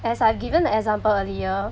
as I've given the example earlier